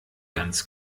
ganz